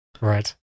Right